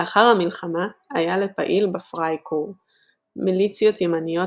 לאחר המלחמה היה לפעיל בפרייקור - מיליציות ימניות